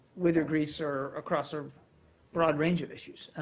whither greece or across a broad range of issues